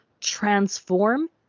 transform